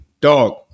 dog